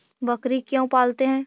बकरी क्यों पालते है?